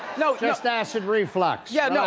so just acid reflux, yeah and